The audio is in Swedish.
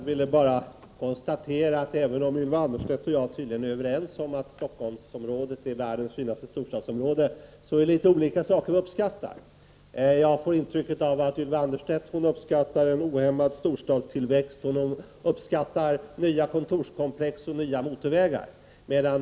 Fru talman! Även om Ylva Annerstedt och jag tydligen är överens om att Stockholmsområdet är världens finanste storstadsområde är det litet olika saker vi uppskattar. Jag får intrycket att Ylva Annerstedt uppskattar en ohämmad storstadstillväxt, nya kontorskomplex och nya motorvägar.